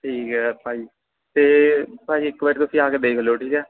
ਠੀਕ ਹੈ ਭਾਅ ਜੀ ਅਤੇ ਭਾਅ ਜੀ ਇੱਕ ਵਾਰ ਤੁਸੀਂ ਆ ਕੇ ਦੇਖ ਲਿਓ ਠੀਕ ਹੈ